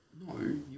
No